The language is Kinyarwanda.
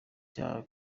cya